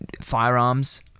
firearms